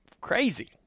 crazy